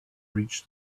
reached